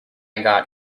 got